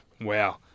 Wow